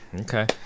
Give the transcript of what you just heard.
Okay